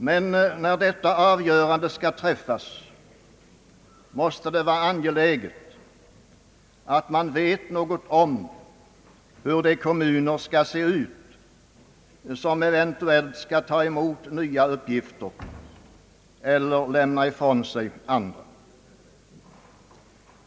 Men när detta avgörande skall träffas måste det vara angeläget att man vet något om hur de kommuner skall se ut som eventuellt skall ta emot nya uppgifter eller lämna ifrån sig gamla.